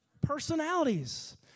personalities